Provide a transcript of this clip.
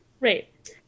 Right